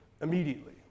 immediately